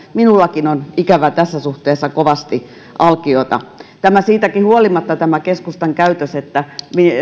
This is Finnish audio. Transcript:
minullakin on tässä suhteessa kovasti ikävä alkiota tämä siitäkin huolimatta tämä keskustan käytös että